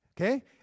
Okay